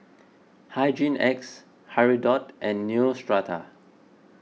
Hygin X Hirudoid and Neostrata